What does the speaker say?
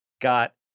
got